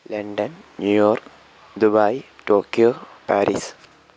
London New York Dubai Tokyo Paris